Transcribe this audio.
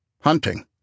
Hunting